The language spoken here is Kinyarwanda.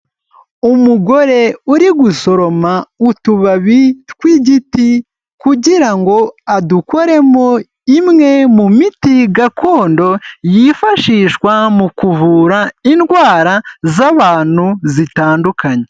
Umugore uri gusoroma utubabi tw'igiti kugira ngo adukoremo imwe mu miti gakondo, yifashishwa mu kuvura indwara z'abantu zitandukanye.